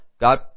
God